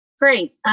Great